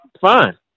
Fine